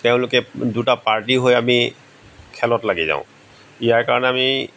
তেওঁলোকে দুটা পাৰ্টি হৈ আমি খেলত লাগি যাওঁ ইয়াৰ কাৰণে আমি